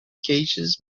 gauges